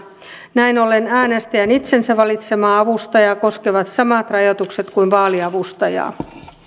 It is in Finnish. näin ollen äänestäjän itsensä valitsemaa avustajaa koskevat samat rajoitukset kuin vaaliavustajaa